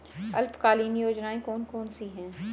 अल्पकालीन योजनाएं कौन कौन सी हैं?